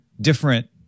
different